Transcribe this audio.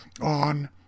on